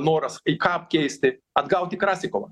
noras į ką apkeisti atgauti krasikovą